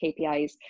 KPIs